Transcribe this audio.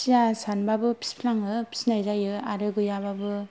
फिया सानब्लाबो फिफालङो फिनाय जायो आरो गैयाब्लाबो